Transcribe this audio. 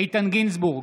איתן גינזבורג,